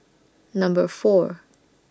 Number four